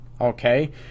okay